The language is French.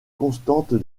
constantes